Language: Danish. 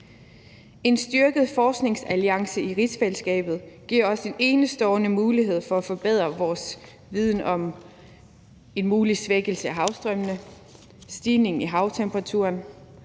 En styrket forskningsalliance i rigsfællesskabet giver os en enestående mulighed for at forbedre vores viden om en mulig svækkelse af havstrømmene, stigningen i havtemperaturerne,